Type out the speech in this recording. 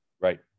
Right